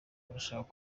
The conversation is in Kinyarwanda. urashaka